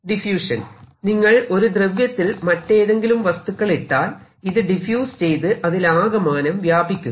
diffusion നിങ്ങൾ ഒരു ദ്രവ്യത്തിൽ മറ്റേതെങ്കിലും വസ്തുക്കൾ ഇട്ടാൽ ഇത് ഡിഫ്യൂസ് ചെയ്ത് അതിലാകമാനം വ്യാപിക്കുന്നു